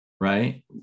right